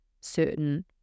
certain